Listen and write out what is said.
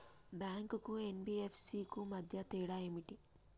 Bank కు NBFC కు మధ్య తేడా ఏమిటి?